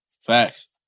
Facts